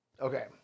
Okay